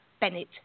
bennett